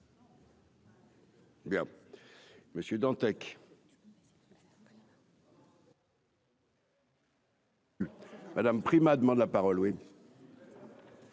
bien Monsieur Dantec. Madame Prima, demande la parole : ouais.